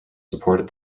supported